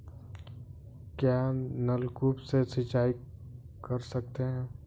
क्या नलकूप से सिंचाई कर सकते हैं?